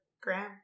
gram